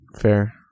fair